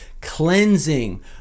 cleansing